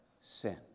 sin